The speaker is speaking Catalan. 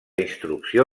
instrucció